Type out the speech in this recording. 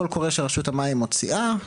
קול קורא שרשות המים מוציאה,